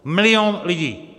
Milion lidí!